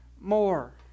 more